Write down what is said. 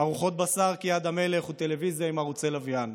ארוחות בשר כיד המלך וטלוויזיה עם ערוצי לוויין.